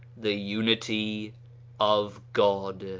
the unity of god.